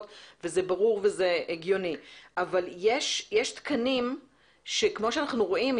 וזה ברור וזה הגיוני אבל יש תקנים שכמו שאנחנו רואים,